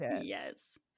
Yes